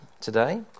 today